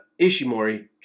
Ishimori